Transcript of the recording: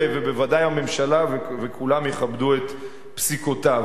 ובוודאי הממשלה וכולם יכבדו את פסיקותיו.